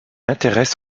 intéresse